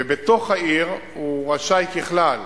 ובתוך העיר הוא רשאי ככלל